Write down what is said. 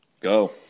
Go